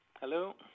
Hello